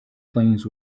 planes